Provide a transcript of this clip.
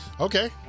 okay